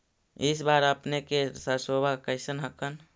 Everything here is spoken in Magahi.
इस बार अपने के सरसोबा कैसन हकन?